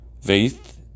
Faith